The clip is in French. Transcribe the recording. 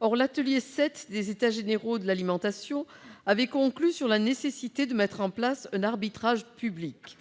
Or l'atelier 7 des États généraux de l'alimentation avait conclu à la nécessité de mettre en place un arbitrage public.